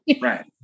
right